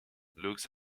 looks